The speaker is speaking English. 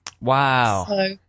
Wow